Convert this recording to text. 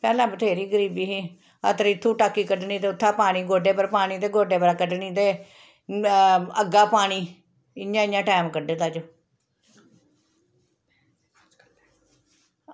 पैह्लें बथ्हेरी गरीबी ही अत्तरी इत्थू टाक्की कड्ढनी ते उत्थै पानी गोड्डें पर पानी ते गोड्डें परा कड्ढनी ते अग्गै पानी इ'यां इ'यां टैम कड्ढे दा जे